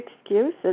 excuses